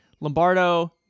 Lombardo